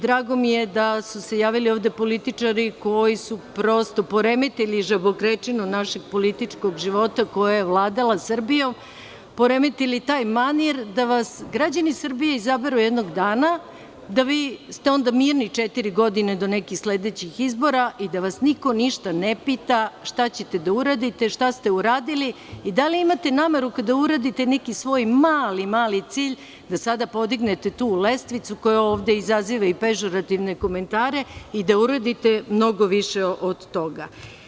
Drago mi je da su se javili političari koji su prosto poremetili žabokrečinu našeg političkog života koja je vladala Srbijom, poremetili taj manir da vas građani Srbije izaberu jednog dana, da ste vi onda mirni četiri godine do nekih sledećih izbora i da vas niko ništa ne pita šta ćete da uradite, šta ste uradili i da li imate nameru da kada uradite neki svoj mali, mali cilj, sada podignete tu lestvicu koja ovde izaziva pežorativne komentare i da uradite mnogo više od toga.